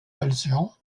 valjean